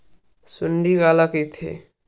सुंडी काला कइथे?